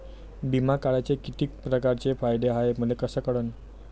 बिमा काढाचे कितीक परकारचे फायदे हाय मले कस कळन?